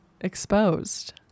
exposed